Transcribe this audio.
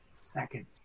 second